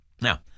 Now